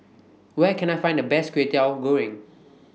Where Can I Find The Best Kway Teow Goreng